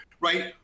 right